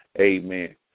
Amen